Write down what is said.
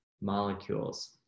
molecules